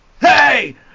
Hey